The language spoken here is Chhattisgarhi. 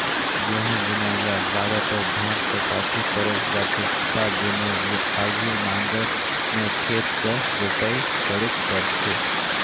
गहूँ बुनई ल जादातर धान कर पाछू करल जाथे ता बुने ले आघु नांगर में खेत कर जोताई करेक परथे